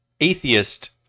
atheist